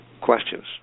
questions